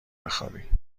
بخوابی